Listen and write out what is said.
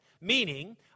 Meaning